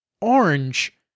orange